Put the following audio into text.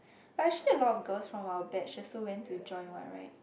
but actually a lot of girls from our batch also went to join [what] [right]